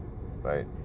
right